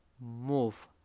move